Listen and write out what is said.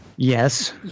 Yes